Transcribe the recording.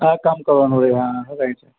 હા કામ કરવાનું રે હા હા રાઈટ